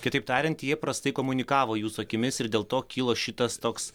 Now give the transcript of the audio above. kitaip tariant jie prastai komunikavo jūsų akimis ir dėl to kilo šitas toks